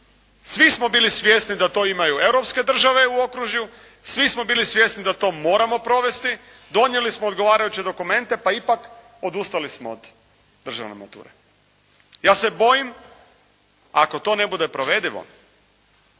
Svi smo bili svjesni da to imaju europske države u okružju, svi smo bili svjesni da to moramo provesti, donijeli smo odgovarajuće dokumente pa ipak odustali smo od državne mature. Ja se bojim ako to ne bude provedivo,